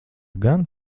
gan